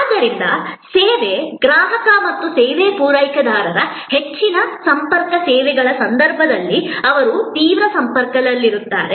ಆದ್ದರಿಂದ ಸೇವೆ ಗ್ರಾಹಕ ಮತ್ತು ಸೇವಾ ಪೂರೈಕೆದಾರರು ಹೆಚ್ಚಿನ ಸಂಪರ್ಕ ಸೇವೆಗಳ ಸಂದರ್ಭದಲ್ಲಿ ಅವರು ತೀವ್ರ ಸಂಪರ್ಕದಲ್ಲಿರುತ್ತಾರೆ